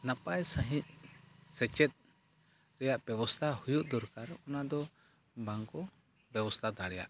ᱱᱟᱯᱟᱭ ᱥᱟᱺᱦᱤᱡ ᱥᱮᱪᱮᱫ ᱨᱮᱭᱟᱜ ᱵᱮᱵᱚᱥᱛᱷᱟ ᱦᱩᱭᱩᱜ ᱫᱚᱨᱠᱟᱨ ᱚᱱᱟᱫᱚ ᱵᱟᱝ ᱠᱚ ᱵᱮᱵᱚᱥᱛᱷᱟ ᱫᱟᱲᱮᱭᱟᱜ